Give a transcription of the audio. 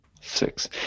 six